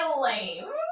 lame